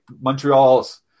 Montreal's